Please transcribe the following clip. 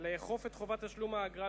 לאכוף את חובת תשלום האגרה,